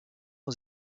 aux